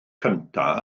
cyntaf